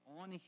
on